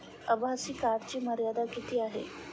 आभासी कार्डची मर्यादा किती आहे?